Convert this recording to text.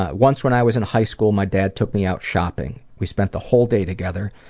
ah once when i was in high school, my dad took me out shopping. we spent the whole day together.